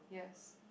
yes